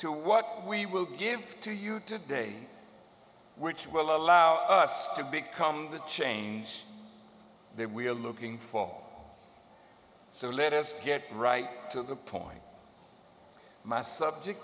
to what we will give to you today which will allow us to become the change that we are looking for so let us get right to the point my subject